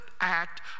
act